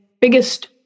biggest